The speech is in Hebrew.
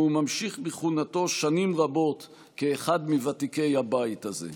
והוא ממשיך בכהונתו שנים רבות כאחד מוותיקי הבית הזה.